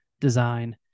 design